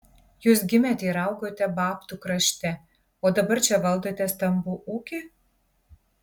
jūs gimėte ir augote babtų krašte o dabar čia valdote stambų ūkį